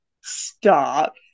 stop